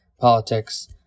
politics